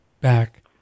back